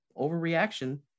overreaction